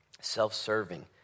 self-serving